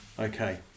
Okay